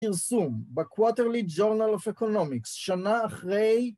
פרסום בקואטרלי ג'ורנל אוף אקונומיקס שנה אחרי